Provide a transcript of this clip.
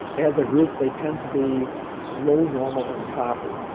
as a group they tend to be low, normal in copper.